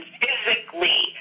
physically